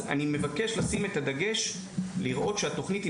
אז אני מבקש לשים את הדגש כדי לראות שהתכנית היא